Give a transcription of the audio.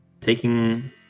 taking